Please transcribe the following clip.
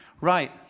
Right